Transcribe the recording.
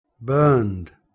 burned